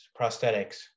prosthetics